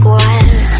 one